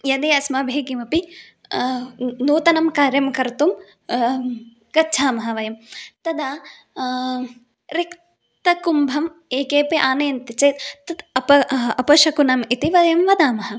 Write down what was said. यदि अस्माभिः किमपि नूतनं कार्यं कर्तुं गच्छामः वयम् तदा रिक्तकुम्भं ये केऽपि आनयन्ति चेत् तत् अप अपशकुनम् इति वयं वदामः